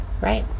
Right